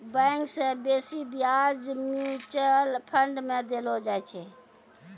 bank से बेसी ब्याज म्यूचुअल फंड मे देलो जाय छै